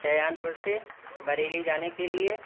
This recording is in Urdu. سیان پور سے بریلی جانے کے لیے